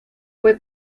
fue